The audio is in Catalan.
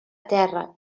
terra